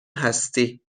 هستی